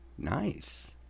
Nice